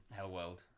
Hellworld